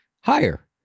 higher